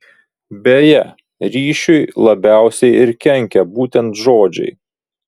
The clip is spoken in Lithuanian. beje ryšiui labiausiai ir kenkia būtent žodžiai